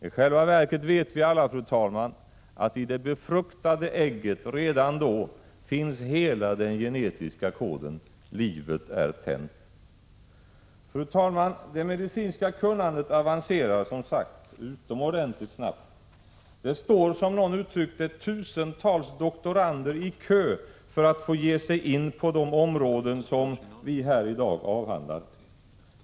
I själva verket vet vi alla, fru talman, att i det befruktade ägget redan finns hela den genetiska koden. Livet är tänt. Fru talman! Det medicinska kunnandet avancerar, som sagt, utomordentligt snabbt. Det står, som någon uttryckt det, tusentals doktorander i kö för att få ge sig in på de områden som vi här i dag avhandlar.